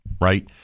Right